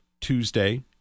Tuesday